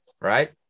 right